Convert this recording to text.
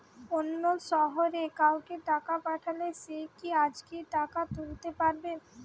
অন্য শহরের কাউকে টাকা পাঠালে সে কি আজকেই টাকা তুলতে পারবে?